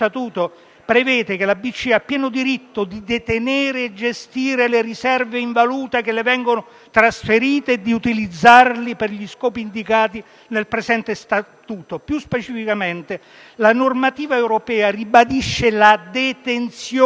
prevede che la BCE abbia pieno diritto di detenere e gestire le riserve ufficiali in valuta che le vengono trasferite e di utilizzarle per gli scopi indicati nel presente statuto. Più specificamente, la normativa europea ribadisce la detenzione